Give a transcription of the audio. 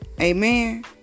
Amen